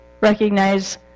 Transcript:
recognize